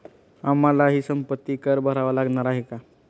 आम्हालाही संपत्ती कर भरावा लागणार आहे का?